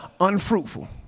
Unfruitful